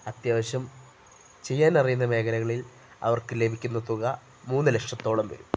അത്യാവശ്യം ചെയ്യാനറിയുന്ന മേഖലകളിൽ അവർക്ക് ലഭിക്കുന്ന തുക മൂന്ന് ലക്ഷത്തോളം വരും